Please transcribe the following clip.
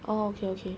oh okay okay